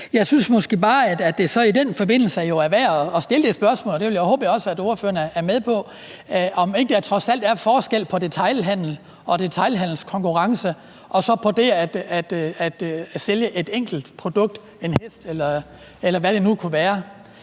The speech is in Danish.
Jeg synes måske bare, at det så i den forbindelse er værd at stille det spørgsmål – det vil jeg håbe at ordføreren også er med på – om ikke der trods alt er forskel på detailhandel og detailhandelskonkurrence og så på at sælge et enkelt produkt, en hest, eller hvad det nu kunne være.